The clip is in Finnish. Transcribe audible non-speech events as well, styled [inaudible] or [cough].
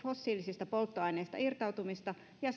fossiilisista polttoaineista irtautumista ja [unintelligible]